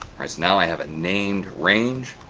right, so now i have a named range.